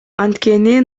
анткени